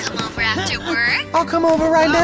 over after work? i'll come over right